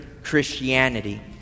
Christianity